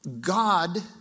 God